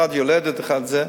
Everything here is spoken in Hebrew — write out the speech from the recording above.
אחת יולדת, אחד זה.